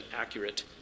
accurate